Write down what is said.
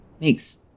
makes